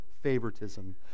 favoritism